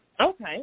Okay